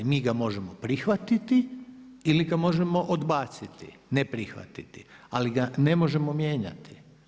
Mi ga možemo prihvatiti ili ga možemo odbaciti, ne prihvatiti, ali ga ne možemo mijenjati.